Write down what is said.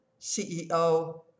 CEO